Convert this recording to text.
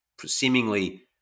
Seemingly